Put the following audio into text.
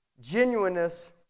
genuineness